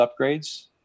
upgrades